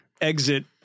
exit